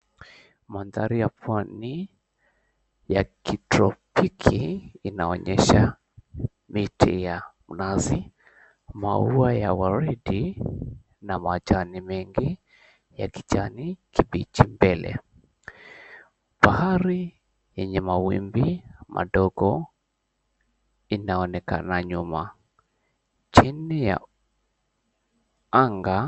Mandhari ya pwani ya kitropiki inaonyesha miti ya mnazi, maua ya waridi na majani mengi ya kijani kibichi mbele. Bahari yenye mawimbi madogo inaonekana nyuma chini ya anga.